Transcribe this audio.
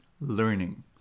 Learning